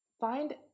Find